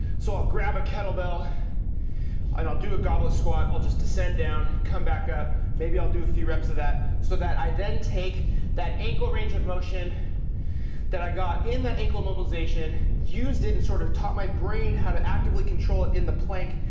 so i'll grab a kettle bell and i'll do a goblet squat. i'll just descend down, come back up. maybe i'll do a few reps of that so that i then take that ankle range of motion that i got in that ankle mobilization, used it and sort of taught my brain how to actively control it in the plank,